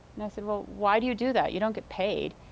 and i said, well, why do you do that? you don't get paid.